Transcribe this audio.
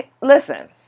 Listen